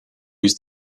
use